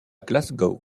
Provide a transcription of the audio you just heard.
glasgow